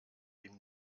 ihm